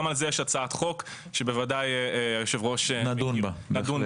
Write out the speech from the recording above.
גם על זה יש הצעת חוק שבוודאי היושב-ראש- -- נדון בה.